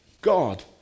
God